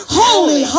holy